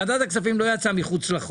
ועדת הכספים לא יצאה מחוץ לחוק.